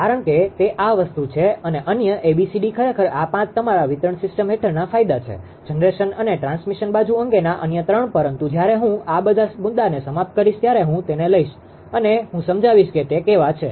કારણ કે તે આ વસ્તુ છે અને અન્ય a b c d ખરેખર આ પાંચ તમારા વિતરણ સિસ્ટમ હેઠળના ફાયદા છે જનરેશન અને ટ્રાન્સમિશન બાજુ અંગેના અન્ય ત્રણ પરંતુ જ્યારે હું આ બધા મુદ્દાને સમાપ્ત કરીશ ત્યારે હું તેને લઈશ અને હું સમજાવીશ કે તે કેવા છે